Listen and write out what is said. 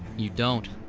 you don't.